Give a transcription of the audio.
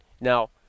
Now